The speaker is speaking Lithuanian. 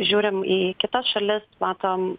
žiūrim į kitas šalis matom